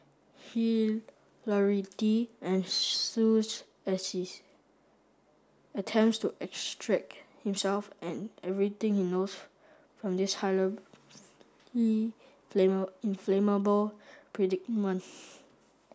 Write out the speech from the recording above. hilarity ensues as he attempts to extract himself and everything he knows from this highly inflammable predicament